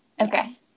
Okay